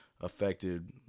affected